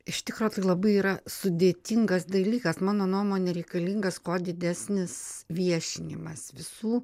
iš tikro labai yra sudėtingas dalykas mano nuomone reikalingas kuo didesnis viešinimas visų